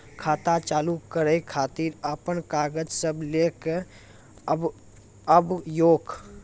खाता चालू करै खातिर आपन कागज सब लै कऽ आबयोक?